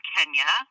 Kenya